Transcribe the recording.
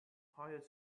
hires